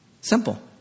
Simple